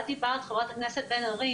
את דיברת חברת הכנסת בן-ארי,